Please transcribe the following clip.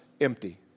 empty